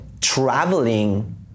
Traveling